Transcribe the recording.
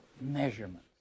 measurements